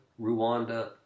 Rwanda